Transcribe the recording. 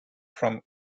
from